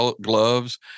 gloves